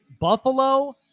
Buffalo